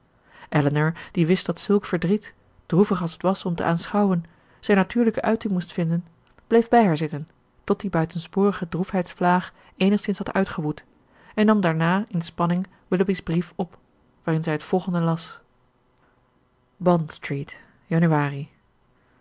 elinor die wist dat zulk verdriet droevig als het was om te aanschouwen zijn natuurlijke uiting moest vinden bleef bij haar zitten tot die buitensporige droefheidsvlaag eenigszins had uitgewoed en nam daarna in spanning willoughby's brief op waarin zij het volgende las bondstreet januari